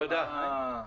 תודה.